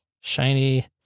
Shiny